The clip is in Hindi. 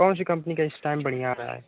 कौनसी कम्पनी का इस टाइम बढ़िया रहा है